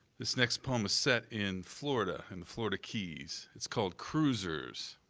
this next poem is set in florida, in the florida keys. it's called cruisers.